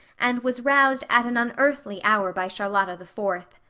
and was roused at an unearthly hour by charlotta the fourth.